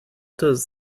does